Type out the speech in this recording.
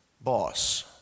boss